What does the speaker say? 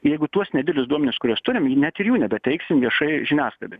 jeigu tuos nedidelius duomenis kuriuos turim net ir jų nebeteiksim viešai žiniasklaidai